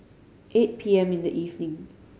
eight P M in the evening